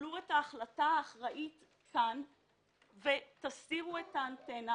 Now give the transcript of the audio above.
תקבלו את ההחלטה האחראית כאן ותסירו את האנטנות